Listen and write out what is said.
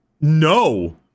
No